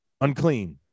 Unclean